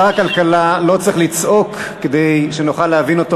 שר הכלכלה לא צריך לצעוק כדי שנוכל להבין אותו.